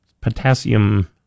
potassium